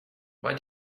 why